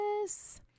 Yes